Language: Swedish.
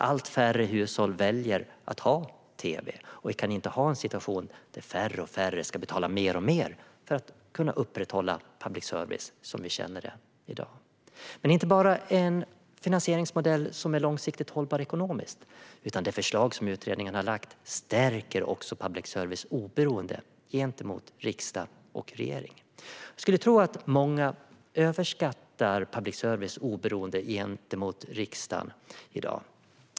Allt färre hushåll väljer att ha tv, och vi kan inte ha en situation där färre och färre ska betala mer och mer för att vi ska kunna upprätthålla public service som vi känner det i dag. Detta är inte bara en finansieringsmodell som är långsiktigt hållbar ekonomiskt, utan det förslag som utredningen har lagt fram stärker också public services oberoende gentemot riksdag och regering. Jag skulle tro att många i dag överskattar public services oberoende gentemot riksdagen.